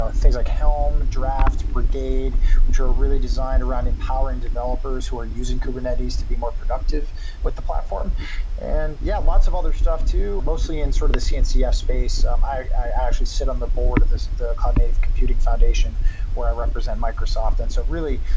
things like helm, draft, brigade which are really designed around empowering developers who are using kubernetes to be more productive with the platform and yeah, lots of other stuff too, mostly in sort of the cncf space um i i actually sit on the board of the cognitive computing foundation where i represent microsoft and so really,